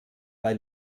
bei